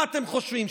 מה אתם חושבים,